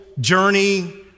journey